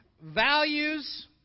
values